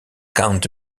count